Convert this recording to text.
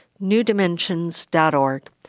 NewDimensions.org